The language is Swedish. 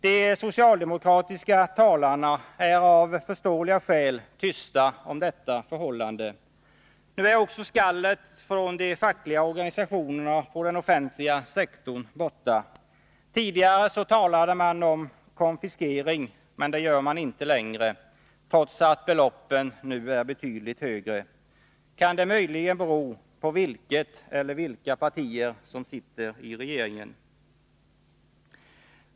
De socialdemokratiska talarna är av förståeliga skäl tysta om detta förhållande. Nu är också skallet från de fackliga organisationerna på den offentliga sektorn borta. Tidigare talade man om konfiskering, men det gör man inte längre, trots att beloppen nu är betydligt högre. Kan det möjligen bero på vilket eller vilka partier som sitter i regeringen?